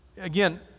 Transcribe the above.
again